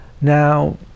Now